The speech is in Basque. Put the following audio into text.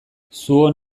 zuon